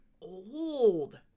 old